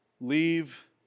Leave